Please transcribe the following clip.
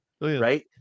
right